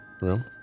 room